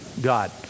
God